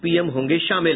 PM होंगे शामिल